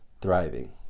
thriving